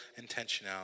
intentionality